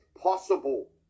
possible